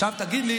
החרדים,